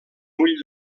ull